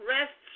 Rest